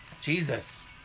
Jesus